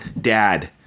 dad